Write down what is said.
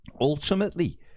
ultimately